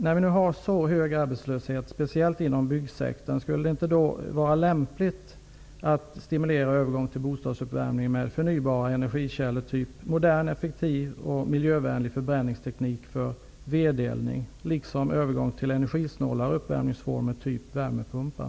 När vi nu har så hög arbetslöshet, speciellt inom byggsektorn, skulle det då inte vara lämpligt att stimulera övergång till bostadsuppvärmning med förnybara energikällor -- av typen modern, effektiv och miljövänlig förbränningsteknik för vedeldning -- liksom övergång till energisnåla uppvärmningsformer, t.ex. värmepumpar?